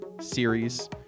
series